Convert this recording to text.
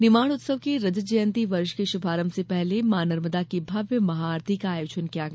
निमाड़ उत्सव के रजत जयंती वर्ष के शुभारंभ से पहले मॉ नर्मदा की भव्य महाआरती का आयोजन किया गया